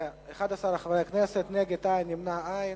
בעד, 11 חברי כנסת, נגד, אין, נמנעים, אין.